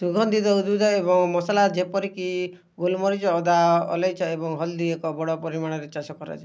ସୁଗନ୍ଧିତ ଉଦ୍ଭିଦ ଏବଂ ମସଲା ଯେପରିକି ଗୋଲମରିଚ ଅଦା ଅଳେଇଚ ଏବଂ ହଳଦୀ ଏକ ବଡ଼ ପରିମାଣରେ ଚାଷ କରାଯାଏ